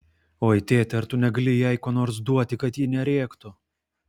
oi tėte ar tu negali jai ko nors duoti kad ji nerėktų